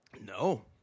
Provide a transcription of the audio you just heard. No